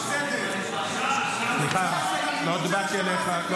מה בסדר --- סליחה, לא דיברתי אליך.